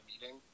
meeting